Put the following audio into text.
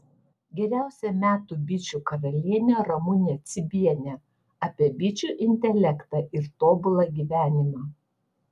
geriausia metų bičių karalienė ramunė cibienė apie bičių intelektą ir tobulą gyvenimą